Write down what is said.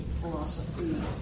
philosophy